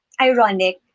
ironic